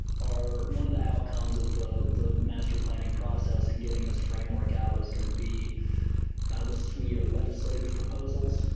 are one of the outcomes of the the master planning process and getting this framework out is going to kind of of a suite of legislative proposals.